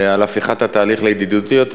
על הפיכת התהליך לידידותי יותר.